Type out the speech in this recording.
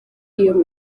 iyo